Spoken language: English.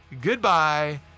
goodbye